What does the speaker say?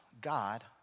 God